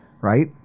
right